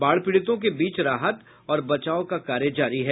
बाढ़ पीड़ितों के बीच राहत और बचाव का कार्य जारी है